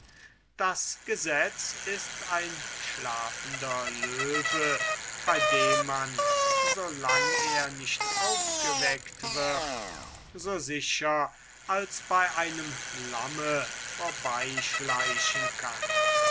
das gesetz ist ein schlafender löwe bei dem man so lang er nicht aufgeweckt wird so sicher als bei einem lamme vorbeischleichen kann